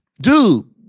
Dude